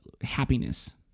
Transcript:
happiness